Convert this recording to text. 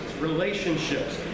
relationships